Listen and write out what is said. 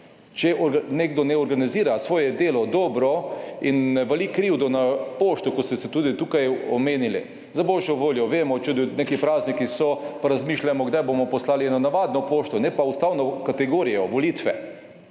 Če nekdo ne organizira svoje delo dobro in ne vali krivdo na pošto, kot ste se tudi tukaj omenili, za boljšo voljo vemo, če neki prazniki so, pa razmišljamo kdaj bomo poslali eno navadno pošto, ne pa ustavno kategorijo, volitve,